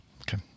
Okay